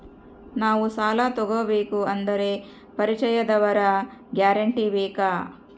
ನಾವು ಸಾಲ ತೋಗಬೇಕು ಅಂದರೆ ಪರಿಚಯದವರ ಗ್ಯಾರಂಟಿ ಬೇಕಾ?